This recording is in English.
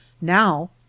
now